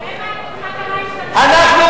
תראה מה קרה עם "תמר".